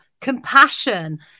compassion